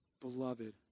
beloved